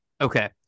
Okay